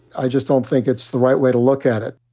i just don't think it's the right way to look at it.